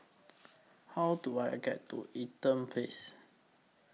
How Do I get to Eaton Place